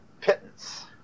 pittance